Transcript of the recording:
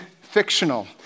fictional